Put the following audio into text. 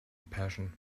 passion